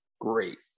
Great